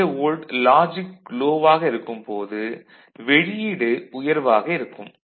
2 volt logic low ஆக இருக்கும் போது வெளியீடு உயர்வாக இருக்கும்